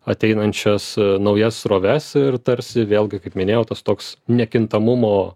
ateinančias naujas sroves ir tarsi vėlgi kaip minėjau tas toks nekintamumo